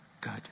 good